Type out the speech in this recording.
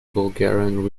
bulgarian